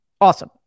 Awesome